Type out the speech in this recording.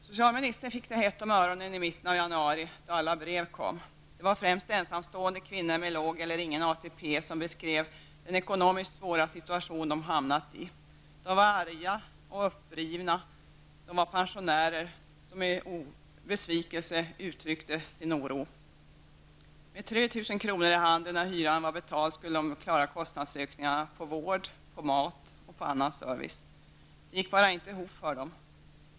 Socialministern fick det hett om öronen i mitten av januari då alla brev kom. Det var främst ensamstående kvinnor med låg eller ingen ATP som beskrev den ekonomiskt svåra situation som de hamnat i. Det var arga och upprivna pensionärer som med besvikelse uttryckte sin oro. Med 3 000 kr. i handen när hyran var betald skulle de klara kostnadsökningarna beträffande vård, mat och annan service. Det gick bara inte ihop för dem.